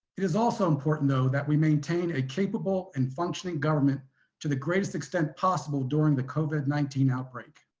it is also important, though, that we maintain a capable and functioning government to the greatest extent possible during the covid nineteen outbreak.